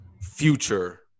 Future